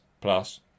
plus